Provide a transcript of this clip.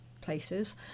places